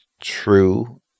true